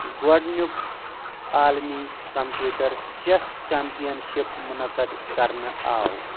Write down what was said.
گۄڈٕنیٛک عالمی computer chess championship مُنعقد کرنہٕ آو